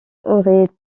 aurait